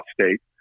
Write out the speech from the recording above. state